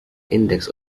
index